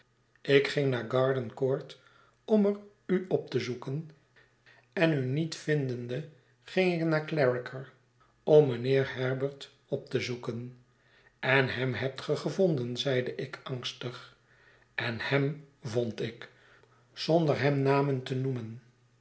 ik ging naar garden court om er u op te zoeken en u niet vindende ging ik naar clarriker om mijnheer herbert op te zoeken en hem hebt ge gevonden zeide ik angstig en hem vond ik zonder hem namen te noemen